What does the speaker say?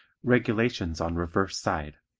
regulations on reverse side